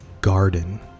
garden